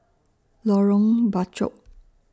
Lorong Bachok